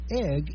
egg